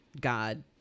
god